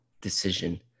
decision